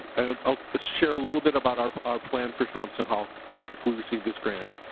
i'll i'll ah share a little bit about our our plan for thompson hall if we receive this grant.